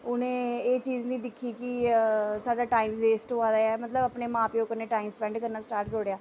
उ'नें एह् चीज निं दिक्खी कि साढ़ा टाइम वेस्ट होआ दा ऐ मतलब अपने मां प्यो कन्नै टाइम स्पैंड करना स्टार्ट करी ओड़ेआ